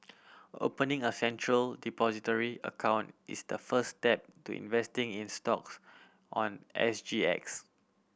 opening a Central Depository account is the first step to investing in stocks on S G X